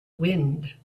wind